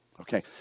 Okay